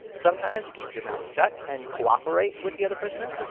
sometimes you keep your mouth shut and cooperate with the other prisoner,